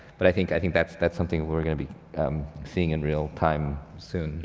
but i think i think that's that's something that we're gonna be seeing in real time soon.